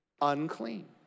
unclean